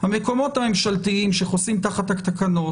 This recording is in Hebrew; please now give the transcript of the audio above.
המקומות הממשלתיים שחוסים תחת התקנות,